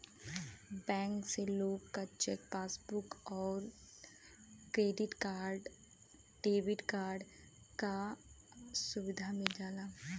bank से लोग क चेक, पासबुक आउर डेबिट या क्रेडिट कार्ड क सुविधा मिल जाला